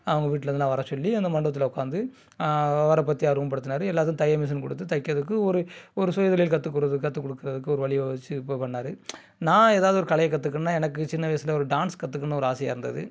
அவங்க வீட்லேருந்தெல்லாம் வர சொல்லி அந்த மண்டபத்தில் உட்காந்து அவரை பற்றி அறிமுகப்படுத்தினார் எல்லாேத்துக்கும் தைய மிசின் கொடுத்து தைக்கிறதுக்கு ஒரு ஒரு சுயதொழில் கற்றுத்துக் கொடு கற்றுக் கொடுக்குறதுக்கு ஒரு வழி யோசித்து இப்போ பண்ணிணாரு நான் ஏதாவது ஒரு கலையை கற்றுக்கணுன்னா எனக்கு சின்ன வயசில் ஒரு டான்ஸ் கற்றுக்கணுன்னு ஒரு ஆசையாக இருந்தது